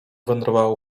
wędrowało